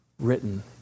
written